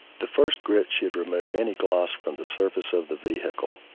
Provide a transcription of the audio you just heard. the first grit should remove any gloss from the surface of the vehicle.